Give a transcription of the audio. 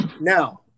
now